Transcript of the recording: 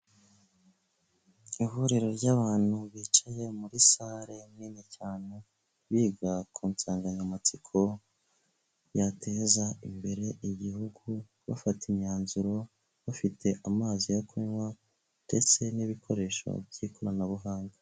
Ihuriro ry'abantu bicaye muri sale nini cyane, biga ku nsanganyamatsiko yateza imbere igihugu, bafata imyanzuro, bafite amazi yo kunywa ndetse n'ibikoresho by'ikoranabuhanga.